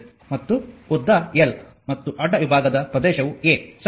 ಮತ್ತು ಉದ್ದ l ಮತ್ತು ಅಡ್ಡ ವಿಭಾಗದ ಪ್ರದೇಶವು A ಸರಿ